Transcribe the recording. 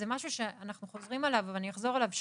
זה משהו שאנחנו חוזרים עליו אבל אני אחזור עליו שוב.